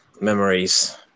memories